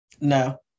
No